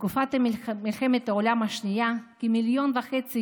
בתקופת מלחמת העולם השנייה כמיליון וחצי